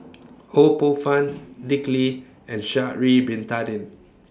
Ho Poh Fun Dick Lee and Sha'Ari Bin Tadin